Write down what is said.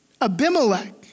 Abimelech